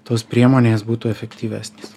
tos priemonės būtų efektyvesnės